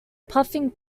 puffing